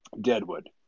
deadwood